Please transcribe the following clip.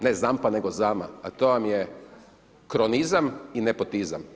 Ne zampa nego -zama, a to vam je cronizam i nepotizam.